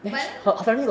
but then